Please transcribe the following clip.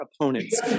opponents